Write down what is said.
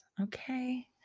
Okay